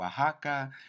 Oaxaca